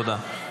תודה.